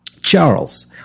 Charles